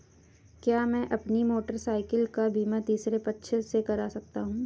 क्या मैं अपनी मोटरसाइकिल का बीमा तीसरे पक्ष से करा सकता हूँ?